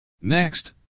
Next